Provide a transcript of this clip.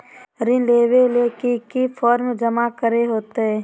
ऋण लेबे ले की की फॉर्म जमा करे होते?